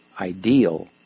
ideal